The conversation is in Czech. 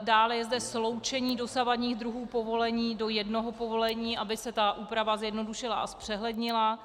Dále je zde sloučení dosavadních druhů povolení do jednoho povolení, aby se ta úprava zjednodušila a zpřehlednila.